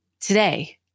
today